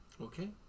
Okay